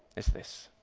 is this